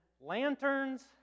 lanterns